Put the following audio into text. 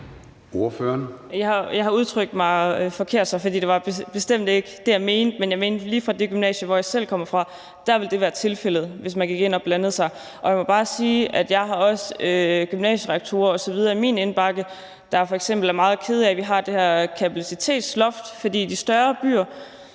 jeg udtrykt mig forkert, for det var bestemt ikke det, jeg mente. Jeg mente, at det på lige det gymnasium, jeg selv kommer fra, ville være tilfældet, hvis man gik ind og blandede sig. Jeg må bare sige, at jeg også har beskeder fra gymnasierektorer osv. i min indbakke, der f.eks. er meget kede af, at vi har det her kapacitetsloft, fordi man i de større byer